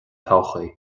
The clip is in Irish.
todhchaí